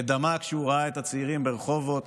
ודמע כשהוא ראה את הצעירים ברחובות,